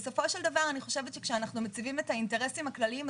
בסופו של דבר כשאנחנו מציבים את האינטרסים הכלליים,